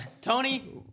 Tony